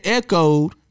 echoed